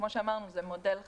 כמו שאמרנו, זה מודל חדש.